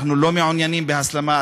אנחנו לא מעוניינים בהסלמה,